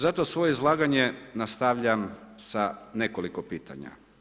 Zato svoje izlaganje nastavljam sa nekoliko pitanja.